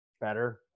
better